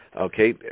Okay